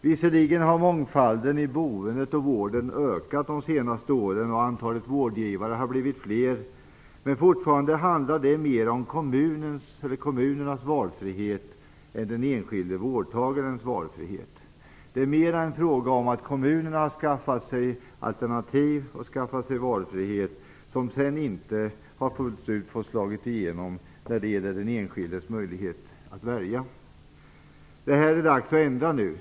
Visserligen har mångfalden i vården och boendet ökat de senaste åren och antalet vårdgivare har blivit fler, men fortfarande handlar det mer om kommunernas valfrihet än om den enskilde vårdtagarens. Det är snarare fråga om att kommunerna har skaffat sig alternativ och valfrihet, som sedan inte fullt ut har fått slå igenom när det gäller den enskildes möjlighet att välja. Det är dags att ändra det nu.